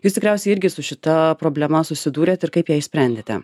jūs tikriausiai irgi su šita problema susidūrėt ir kaip ją išsprendėte